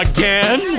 Again